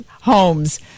homes